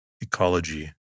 Ecology